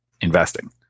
investing